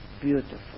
beautiful